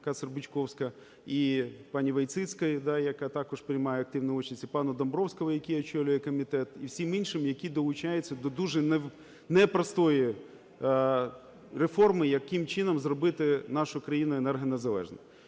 Кацер-Бучковська, і пані Войціцькій, яка також приймає активну участь, і пану Домбровському, який очолює комітет, і всім іншим, які долучаються до дуже непростої реформи, яким чином зробити нашу країну енергонезалежною.